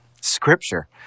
Scripture